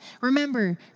Remember